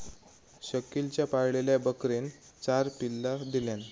शकिलच्या पाळलेल्या बकरेन चार पिल्ला दिल्यान